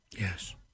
Yes